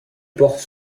porte